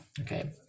Okay